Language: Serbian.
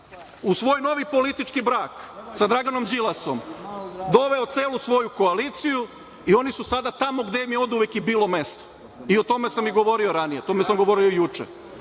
u svoj novi politički brak sa Draganom Đilasom, doveo celu svoju koaliciju i oni su sad tamo gde im je oduvek i bilo mesto. O tome sam govorio ranije, govorio sam i juče.